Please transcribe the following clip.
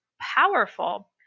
powerful